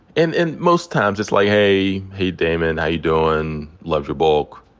and and most times it's like, hey. hey damon. how you doin'? loved your book.